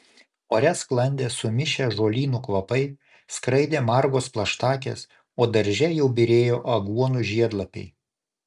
ore sklandė sumišę žolynų kvapai skraidė margos plaštakės o darže jau byrėjo aguonų žiedlapiai